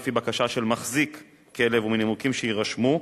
לפי בקשה של מחזיק כלב ומנימוקים שיירשמו,